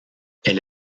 elle